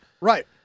right